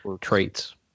traits